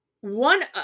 one